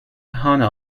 hannah